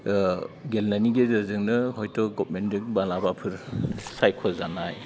गेलेनायनि गेजेरजोंनो हयथ' गभमेन्टनि माब्लाबाफोर सायख' जानाय